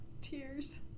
Tears